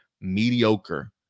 mediocre